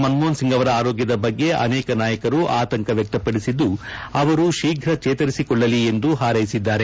ಮನ್ಮೋಪನ್ ಸಿಂಗ್ರವರ ಆರೋಗ್ಕದ ಬಗ್ಗೆ ಅನೇಕ ನಾಯಕರು ಆತಂಕ ವ್ವಕ್ತ ಪಡಿಸಿದ್ದು ಅವರು ಶೀಘ್ರ ಚೇತರಿಸಿಕೊಳ್ಳಲಿ ಎಂದು ಹಾರೈಸಿದ್ದಾರೆ